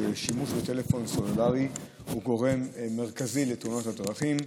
ששימוש בטלפון סלולרי הוא גורם מרכזי לתאונות הדרכים.